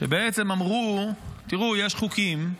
שבעצם אמרו: תראו, יש חוקים.